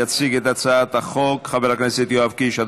יציג את הצעת החוק חבר הכנסת יואב קיש.